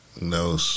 no